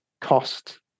cost